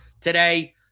today